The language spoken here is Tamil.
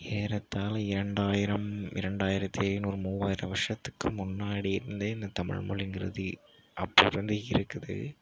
ஏறத்தாழ இரண்டாயிரம் இரண்டாயிரத்தி ஐநூறு மூவாயிரம் வருஷத்துக்கு முன்னாடிலேருந்தே இந்த தமிழ் மொழிங்கிறது அப்போருந்து இருக்குது